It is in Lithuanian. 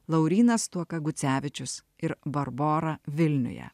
laurynas stuokagucevičius ir barbora vilniuje